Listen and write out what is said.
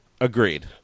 Agreed